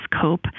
cope